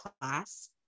class